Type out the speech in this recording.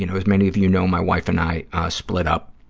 you know, as many of you know, my wife and i split up,